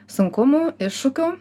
sunkumų iššūkių